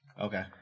Okay